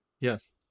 Yes